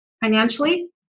financially